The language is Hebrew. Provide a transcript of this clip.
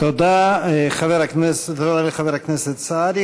תודה, חבר הכנסת סעדי.